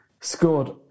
scored